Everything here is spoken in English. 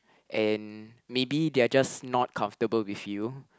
and maybe they're just not comfortable with you